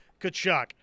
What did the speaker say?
Kachuk